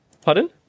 Pardon